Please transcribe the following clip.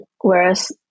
Whereas